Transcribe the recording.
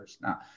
Now